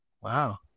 Wow